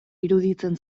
iruditzen